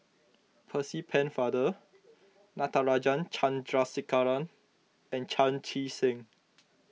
Percy Pennefather Natarajan Chandrasekaran and Chan Chee Seng